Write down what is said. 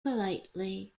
politely